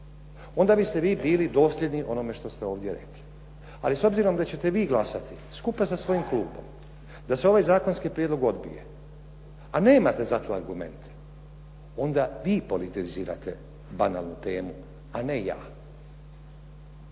onda biste vi bili dosljedni onome što ste ovdje rekli, ali s obzirom da ćete vi glasati skupa sa svojim klubom da se ovaj zakonski prijedlog odbije, a nemate za to argumente, onda vi politizirate banalnu temu, a ne ja.